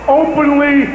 openly